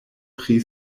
pri